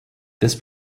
this